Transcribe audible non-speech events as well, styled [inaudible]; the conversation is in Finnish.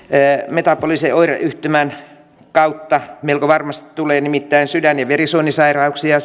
metabolisen oireyhtymän kautta melko varmasti tulee nimittäin sydän ja verisuonisairauksia [unintelligible]